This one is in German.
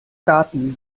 daten